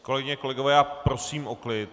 Kolegyně, kolegové, já prosím o klid.